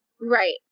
Right